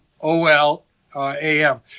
O-L-A-M